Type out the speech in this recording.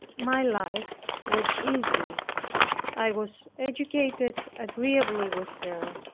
my life was easy i was educated agreeably with her.